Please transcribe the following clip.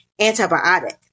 antibiotic